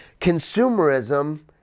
Consumerism